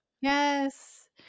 yes